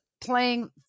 playing